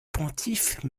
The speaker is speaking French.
pontife